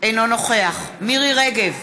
אינו נוכח מירי רגב,